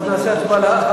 אז נעשה הצבעה.